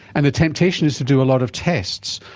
and the temptation is to do a lot of tests.